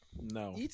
No